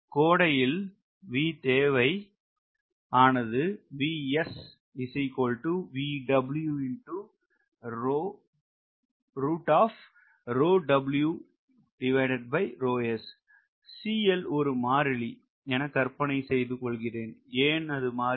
கோடையில் V தேவை ஆனது ஒரு மாறிலி என கற்பனை செய்து கொள்கிறேன் ஏன் அது மாறிலி